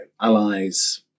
allies